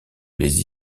les